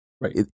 Right